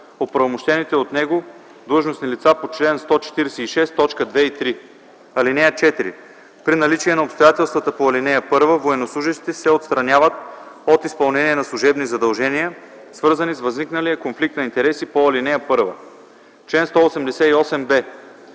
оправомощените от него длъжностни лица по чл. 146, т. 2 и 3. (4) При наличие на обстоятелствата по ал. 1 военнослужещите се отстраняват от изпълнение на служебните задължения, свързани с възникналия конфликт на интереси по ал. 1. Чл. 188б.